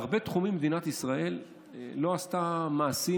בהרבה תחומים מדינת ישראל לא עשתה מעשים,